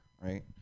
Right